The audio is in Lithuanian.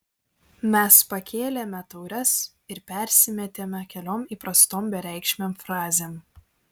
mes pakėlėme taures ir persimetėme keliom įprastom bereikšmėm frazėm